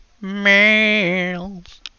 males